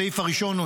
הסעיף הראשון,